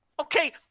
Okay